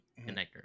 connector